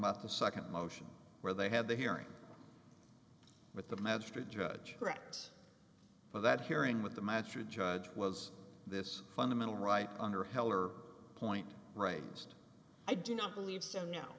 about the nd motion where they had the hearing with the magistrate judge correct for that hearing with the matcher judge was this fundamental right under heller point raised i do not believe so now